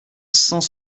cent